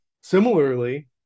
Similarly